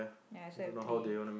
ya so I have three